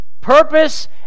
purpose